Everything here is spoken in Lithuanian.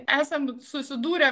esam susidūrę